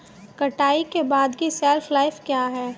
कटाई के बाद की शेल्फ लाइफ क्या है?